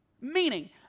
Meaning